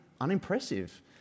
unimpressive